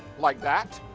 like that.